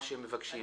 מה שהם מבקשים,